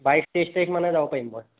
বাইছ তেইছ তাৰিখ মানে যাব পাৰিম মই